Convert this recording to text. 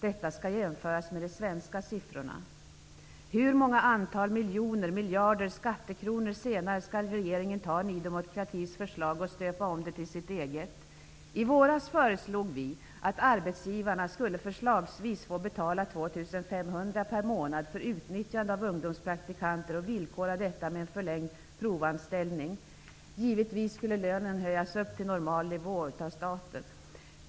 Det skall jämföras med de svenska siffrorna. Hur många miljoner eller miljarder skattekronor skall betalas ut innan regeringen tar Ny demokratis förslag och stöper om det till sitt eget? I våras föreslog vi att arbetsgivarna skulle få betala förslagsvis 2 500 per månad för utnyttjande av ungdomspraktikanter. Detta skulle villkoras med löfte om en förlängd provanställning. Givetvis skulle lönen höjas upp till normal nivå av staten.